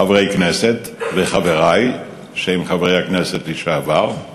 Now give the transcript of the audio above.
חברי כנסת וחברי, שהם חברי הכנסת לשעבר,